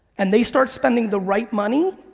and they start spending the right money,